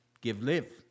give-live